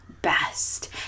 best